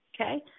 okay